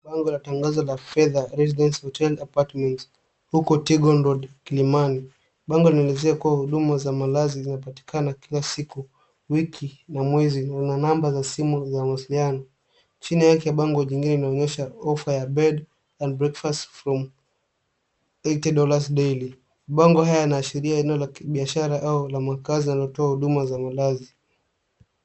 Bango la tangazo la fedha residence hotel apartments, huko tigon road Kilimani. Bango linaelezea kuwa huduma za malazi zinapatikana kila siku ,wiki na mwezi na namba za simu za mawasiliano. Chini yake bango jingine inaonyesha ofa ya bed and breakfast from eighty dollars daily . Bango haya yanaashiria eneo la kibiashara au la makazi yanatoa huduma za malazi.